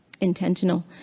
intentional